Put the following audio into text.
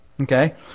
Okay